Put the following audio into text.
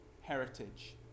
heritage